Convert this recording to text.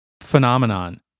phenomenon